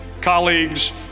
colleagues